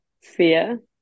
fear